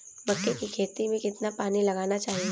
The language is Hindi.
मक्के की खेती में कितना पानी लगाना चाहिए?